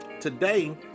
Today